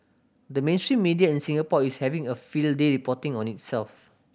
the mainstream media in Singapore is having a field day reporting on itself